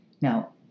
Now